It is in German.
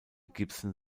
gibson